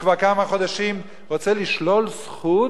כבר כמה חודשים הוא רוצה לשלול זכות,